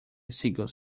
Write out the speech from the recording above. seagulls